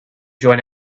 join